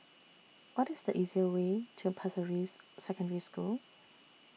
What IS The easiest Way to Pasir Ris Secondary School